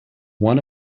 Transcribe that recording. one